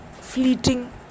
fleeting